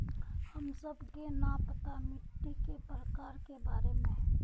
हमें सबके न पता मिट्टी के प्रकार के बारे में?